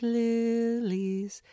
lilies